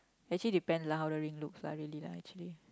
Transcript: actually depend lah how the ring looks lah really lah actually